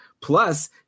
Plus